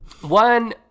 one